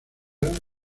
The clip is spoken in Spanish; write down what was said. sabía